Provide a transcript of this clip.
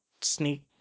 Sneak